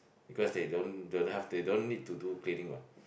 because they don't don't have they don't need to do cleaning what